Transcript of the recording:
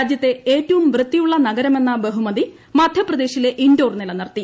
രാജ്യത്തെ ഏറ്റവും വൃത്തിയുളള നഗ്ഗർമെന്ന ബഹുമതി മധ്യപ്രദേശിലെ ഇൻഡോർ നിലനിർത്തി